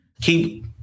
keep